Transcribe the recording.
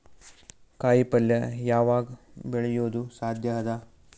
ಕಾಯಿಪಲ್ಯ ಯಾವಗ್ ಬೆಳಿಯೋದು ಸಾಧ್ಯ ಅದ?